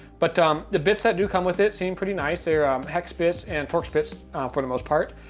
but um the bits that do come with it seem pretty nice. they're um hex bits and torx bits for the most part.